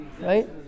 right